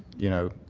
you know,